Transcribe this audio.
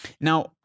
Now